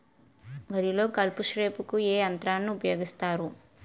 వరిలో కలుపు స్ప్రేకు ఏ యంత్రాన్ని ఊపాయోగిస్తారు?